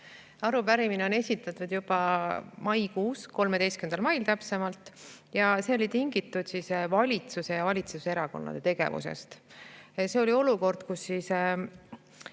Arupärimine on esitatud juba maikuus, täpsemalt 13. mail, ning see oli tingitud valitsuse ja valitsuserakondade tegevusest. See oli olukord, kus uus,